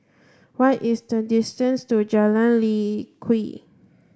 what is the distance to Jalan Lye Kwee